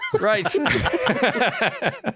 Right